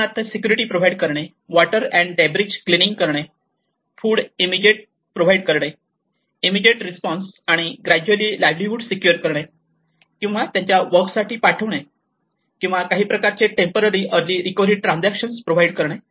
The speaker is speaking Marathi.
उदाहरणार्थ सिक्युरिटी प्रोव्हाइड करणे वॉटर अँड डेब्रिज क्लिनिंग करणे फूड इमीडिएट प्रोव्हाइड करणे इमीडिएट रिस्पॉन्स आणि ग्रज्युअली लाईव्हलीहुड सिक्युअर करणे किंवा त्यांच्या वर्कसाठी पाठवणे किंवा काही प्रकारचे temporary early recovery transaction provide करणे